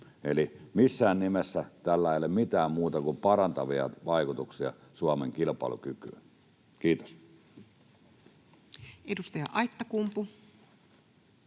Eli missään nimessä tällä ei ole mitään muuta kuin parantavia vaikutuksia Suomen kilpailukykyyn. — Kiitos.